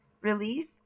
relief